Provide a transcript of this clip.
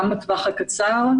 גם בטווח הקצר,